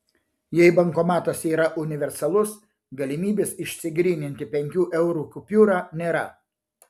jei bankomatas yra universalus galimybės išsigryninti penkių eurų kupiūrą nėra